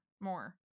more